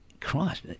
Christ